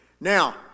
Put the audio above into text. now